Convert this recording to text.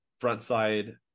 Frontside